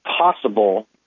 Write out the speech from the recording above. possible